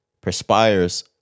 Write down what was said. perspires